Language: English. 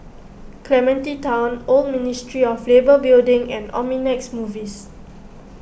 Clementi Town Old Ministry of Labour Building and Omnimax Movies